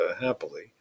happily